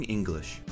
English，